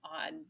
on